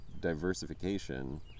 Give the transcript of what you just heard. diversification